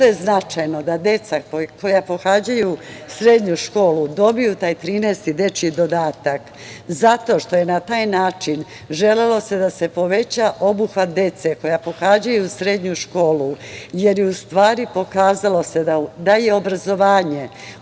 je značajno da deca koja pohađaju srednju školu dobiju taj 13. dečiji dodatak? Zato što se na taj način želelo da se poveća obuhvat dece koja pohađaju srednju školu, jer se u stvari pokazalo da je obrazovanje